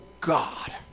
God